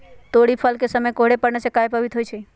तोरी फुल के समय कोहर पड़ने से काहे पभवित होई छई?